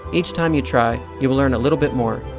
each time you try, you will learn a little bit more.